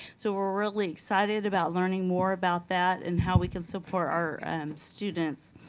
so we're really excited about learning more about that and how we can support our students.